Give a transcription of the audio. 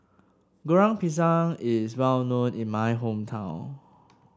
Goreng Pisang is well known in my hometown